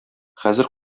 хәзер